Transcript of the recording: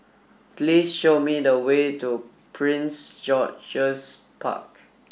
please show me the way to Prince George's Park